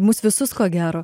mus visus ko gero